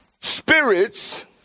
spirits